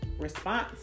response